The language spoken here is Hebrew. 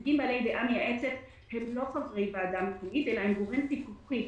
נציגים בעלי דעה מייעצת הם לא חברי ועדה מקומית אלא הם גורם פיקוחי,